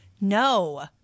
no